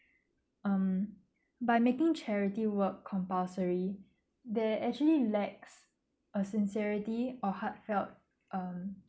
um by making charity work compulsory there actually lacks a sincerity or heart felt um